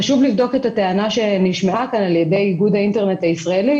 חשוב לבדוק את הטענה שנשמעה כאן על ידי איגוד האינטרנט הישראלי